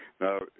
Now